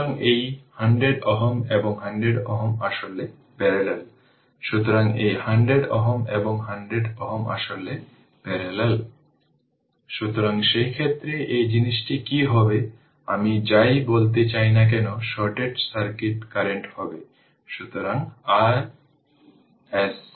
সুতরাং এই V এ t যা I0 R e এর পাওয়ার t τ তাই I0 R e এর পাওয়ার t τ যখন i t I0 e এর পাওয়ার t τ অতএব p t I0 square R e এর পাওয়ার 2 t τ এটি ইকুয়েশন 26